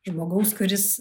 žmogaus kuris